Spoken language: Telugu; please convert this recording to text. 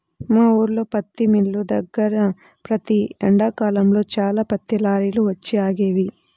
మా ఊల్లో పత్తి మిల్లు దగ్గర ప్రతి ఎండాకాలంలో చాలా పత్తి లారీలు వచ్చి ఆగేవి